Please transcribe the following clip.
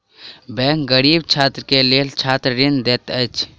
bank गरीब छात्र के लेल छात्र ऋण दैत अछि